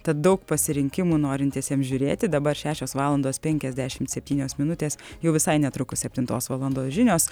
tad daug pasirinkimų norintiesiems žiūrėti dabar šešios valandos penkiasdešimt septynios minutės jau visai netrukus septintos valandos žinios